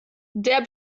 der